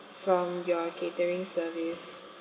from your catering service